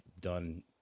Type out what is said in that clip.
done